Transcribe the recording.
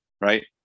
right